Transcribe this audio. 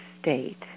state